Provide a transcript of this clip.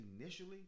initially